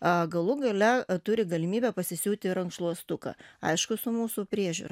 a galų gale turi galimybę pasisiūti rankšluostuką aišku su mūsų priežiūra